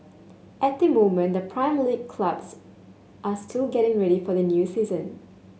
at the moment the Prime League clubs are still getting ready for their new season